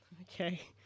Okay